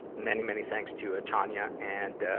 many, many thanks to, ah, tonya, and, ah,